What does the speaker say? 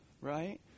right